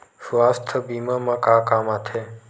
सुवास्थ बीमा का काम आ थे?